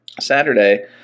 Saturday